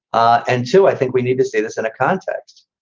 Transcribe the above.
and two, i think we need to say this in a context.